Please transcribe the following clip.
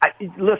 Listen